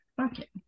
Okay